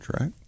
right